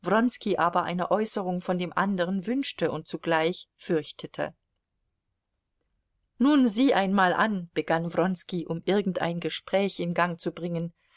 aber eine äußerung von dem anderen wünschte und zugleich fürchtete nun sieh einmal an begann wronski um irgendein gespräch in gang zu bringen